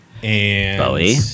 Bowie